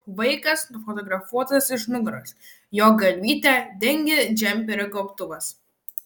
vaikas nufotografuotas iš nugaros jo galvytę dengia džemperio gobtuvas